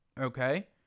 okay